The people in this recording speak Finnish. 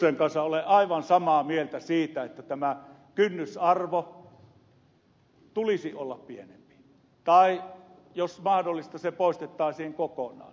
tiusasen kanssa olen aivan samaa mieltä siitä että tämän kynnysarvon tulisi olla pienempi tai jos mahdollista se poistettaisiin kokonaan